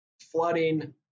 flooding